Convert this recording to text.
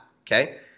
okay